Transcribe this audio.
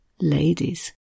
ladies